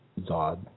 Zod